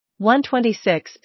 126